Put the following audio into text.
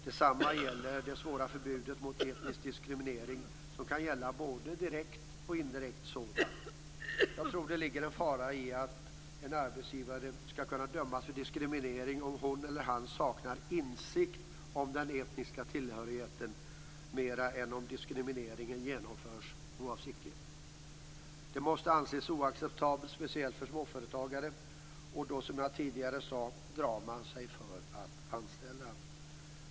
Detsamma gäller det svåra förbud mot etnisk diskriminering som skall gälla både direkt och indirekt sådan. Jag tror det ligger en större fara i att en arbetsgivare skall kunna dömas för diskriminering om han eller hon saknar insikt om den etniska tillhörigheten än om diskrimineringen genomförs oavsiktligt. Det måste anses oacceptabelt speciellt för småföretagare, och då drar man sig, som jag sade tidigare, för att anställa.